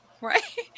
Right